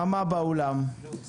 בעניין